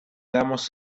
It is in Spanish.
damos